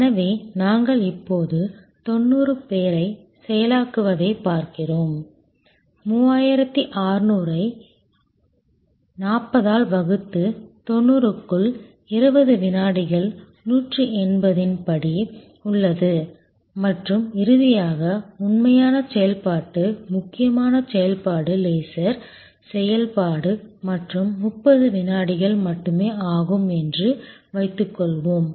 எனவே நாங்கள் இப்போது 90 பேரைச் செயலாக்குவதைப் பார்க்கிறோம் 3600 ஐ 40 ஆல் வகுத்து 90 க்குள் 20 வினாடிகள் 180 ன் படி உள்ளது மற்றும் இறுதியாக உண்மையான செயல்பாட்டு முக்கியமான செயல்பாடு லேசர் செயல்பாடு மற்றும் 30 வினாடிகள் மட்டுமே ஆகும் என்று வைத்துக்கொள்வோம்